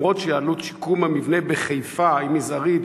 אף שעלות שיקום המבנה בחיפה היא מזערית